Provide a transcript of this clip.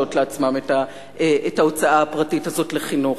לעצמם את ההוצאה הפרטית הזאת לחינוך,